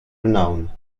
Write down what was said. renown